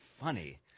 funny